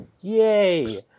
yay